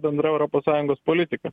bendra europos sąjungos politika